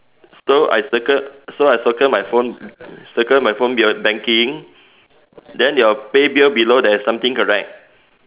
so I circle so I circle my phone uh circle my phone banking then your pay bill below there is something correct